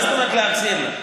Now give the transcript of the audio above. מה זאת אומרת "להחזיר לה"?